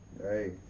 Hey